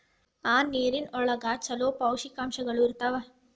ಆ ನೇರಿನ ಒಳಗ ಚುಲೋ ಪೋಷಕಾಂಶಗಳು ಇರ್ತಾವ